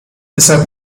deshalb